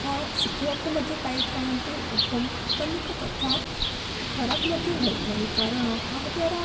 କଥା ଶିଖିବାକୁ ମଧ୍ୟ ପାଇଥାନ୍ତି ଏବଂ ଅନେକ କଥା ଖରାପ ମଧ୍ୟ ହୋଇଥାଏ କାରଣ ଏହା ଦ୍ୱାରା